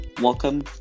Welcome